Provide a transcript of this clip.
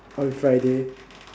on Friday